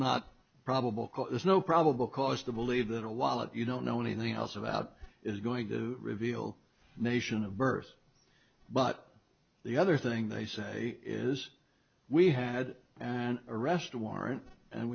not probable cause there's no probable cause to believe that a lot you don't know anything else about is going to reveal nation of birth but the other thing they say is we had an arrest warrant and